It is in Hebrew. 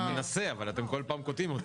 הוא מנסה אבל אתם כל פעם קוטעים אותו.